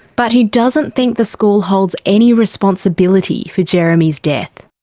but he doesn't think the school holds any responsibility for jeremy's death.